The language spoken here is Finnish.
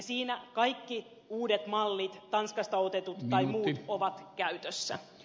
siinä kaikki uudet mallit tanskasta otetut tai muut ovat käytössä